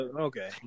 okay